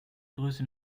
größe